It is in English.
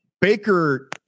Baker